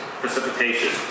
precipitation